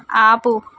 ఆపు